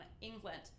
England